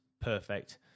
Perfect